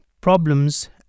problems